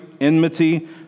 enmity